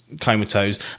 comatose